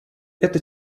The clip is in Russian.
это